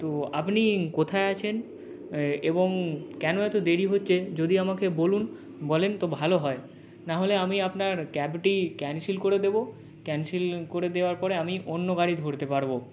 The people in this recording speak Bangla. তো আপনি কোথায় আছেন এবং কেন এত দেরি হচ্ছে যদি আমাকে বলুন বলেন তো ভালো হয় না হলে আমি আপনার ক্যাবটি ক্যানসেল করে দেব ক্যান্সেল করে দেওয়ার পরে আমি অন্য গাড়ি ধরতে পারবো